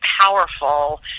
powerful